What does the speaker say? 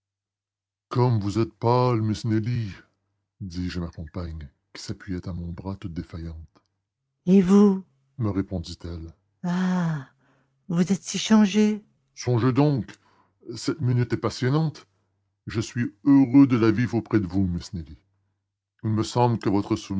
comme vous êtes pâle miss nelly dis-je à ma compagne qui s'appuyait à mon bras toute défaillante et vous me répondit-elle ah vous êtes si changé songez donc cette minute est passionnante et je suis si heureux de la vivre auprès de vous miss nelly il me semble que votre